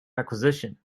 acquisition